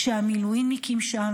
כשהמילואימניקים שם?